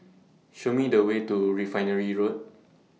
Show Me The Way to Refinery Road